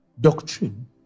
doctrine